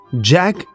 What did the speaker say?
Jack